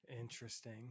interesting